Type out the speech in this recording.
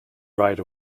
ride